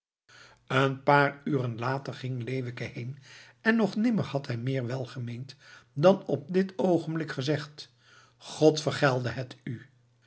een paar uren later ging leeuwke heen en nog nimmer had hij meer welgemeend dan op dit oogenblik gezegd god vergelde het u